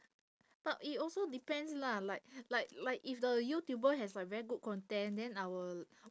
but it also depends lah like like like if the youtuber has like very good content and then I will